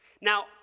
now